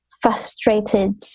frustrated